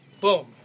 Boom